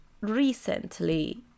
recently